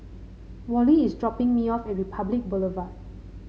Wally is dropping me off at Republic Boulevard